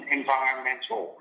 environmental